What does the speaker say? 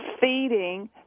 feeding